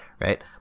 Right